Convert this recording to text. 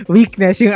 Weakness